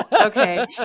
okay